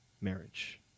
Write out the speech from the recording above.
marriage